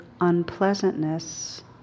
unpleasantness